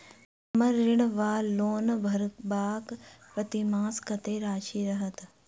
हम्मर ऋण वा लोन भरबाक प्रतिमास कत्तेक राशि रहत?